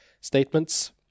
statements